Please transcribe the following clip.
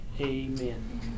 Amen